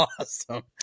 awesome